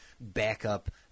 backup